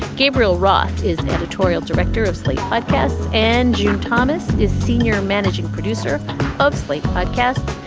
gabriel roth is editorial director of slate podcasts. and june thomas is senior managing producer of slate podcasts.